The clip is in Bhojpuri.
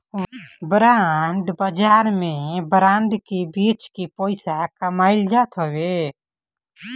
बांड बाजार में बांड के बेच के पईसा कमाईल जात हवे